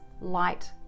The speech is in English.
light